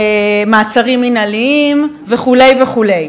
מעצרים מינהליים וכו' וכו'.